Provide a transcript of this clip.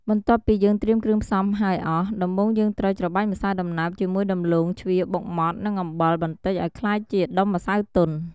បន្ទាប់ពីយើងត្រៀមគ្រឿងផ្សំហើយអស់ ដំបូងយើងត្រូវ ច្របាច់ម្សៅដំណើបជាមួយដំឡូងជ្វាបុកម៉ដ្ឋ និងអំបិលបន្តិចឱ្យក្លាយជាដុំម្សៅទន់។